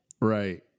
right